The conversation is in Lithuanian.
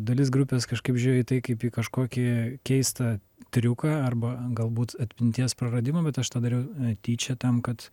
dalis grupės kažkaip žiūrėjo į tai kaip į kažkokį keistą triuką arba galbūt atminties praradimą bet aš tą dariau tyčia tam kad